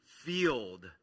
field